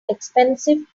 expensive